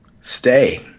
Stay